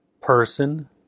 person